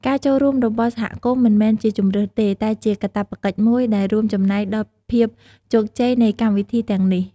ការចូលរួមរបស់សហគមន៍មិនមែនជាជម្រើសទេ តែជាកាតព្វកិច្ចមួយដែលរួមចំណែកដល់ភាពជោគជ័យនៃកម្មវិធីទាំងនេះ។